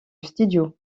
studio